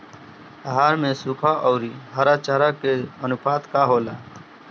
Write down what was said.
आहार में सुखा औरी हरा चारा के आनुपात का होला?